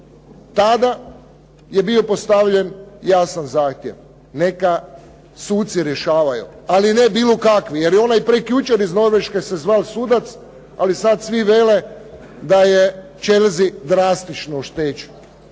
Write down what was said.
Tada je bio postavljen jasan zahtjev neka suci rješavaju, ali ne bilo kakvi jer je onaj prekjučer iz Norveške se zvao sudac, ali sad svi vele da je Chelsea drastično oštećen.